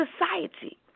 society